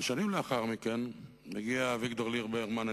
ושנים לאחר מכן מגיע אביגדור ליברמן,